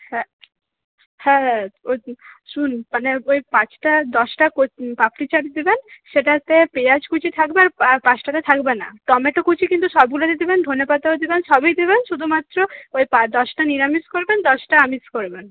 হ্যাঁ হ্যাঁ মানে ওই পাঁচটা দশটা পাপড়ি চাট দিবেন সেটাতে পেঁয়াজ কুচি থাকবে আর পাঁচটাতে থাকবে না টমেটো কুচি কিন্তু সবগুলোতে দিবেন ধনেপাতাও দিবেন সবই দিবেন শুধুমাত্র দশটা নিরামিষ করবেন দশটা আমিষ করবেন